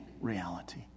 reality